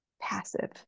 passive